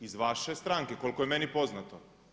Iz vaše stranke, koliko je meni poznato.